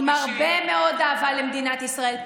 עם הרבה מאוד אהבה למדינת ישראל.